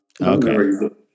Okay